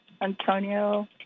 Antonio